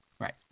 Right